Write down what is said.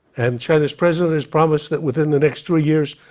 and china's president has promised that within the next three years,